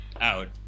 out